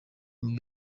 muri